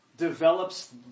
Develops